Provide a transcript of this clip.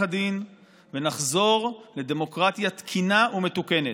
א-דין ונחזור לדמוקרטיה תקינה ומתוקנת.